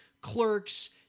Clerks